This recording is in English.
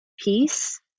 peace